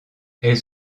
elles